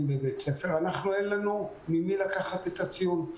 בבית ספר ואין לנו ממי לקחת את הציון.